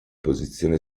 posizione